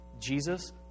Jesus